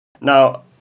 Now